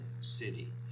city